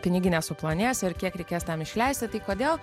piniginė suplonės ir kiek reikės tam išleisti tik kodėl